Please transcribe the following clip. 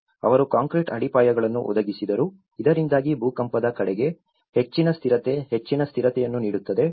ಅವರು ಕಾಂಕ್ರೀಟ್ ಅಡಿಪಾಯಗಳನ್ನು ಒದಗಿಸಿದರು ಇದರಿಂದಾಗಿ ಭೂಕಂಪದ ಕಡೆಗೆ ಹೆಚ್ಚಿನ ಸ್ಥಿರತೆ ಹೆಚ್ಚಿನ ಸ್ಥಿರತೆಯನ್ನು ನೀಡುತ್ತದೆ